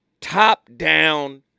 top-down